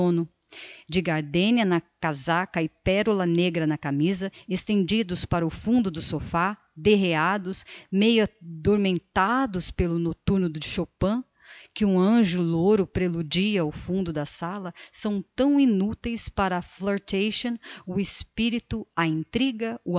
de gardenia na casaca e perola negra na camisa estendidos para o fundo do sofá derreados meio adormentados pelo nocturno de chopin que um anjo louro preludia ao fundo da sala são tão inuteis para a flirtation o espirito a intriga